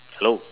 hello